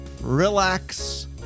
relax